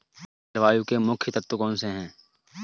जलवायु के मुख्य तत्व कौनसे हैं?